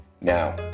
Now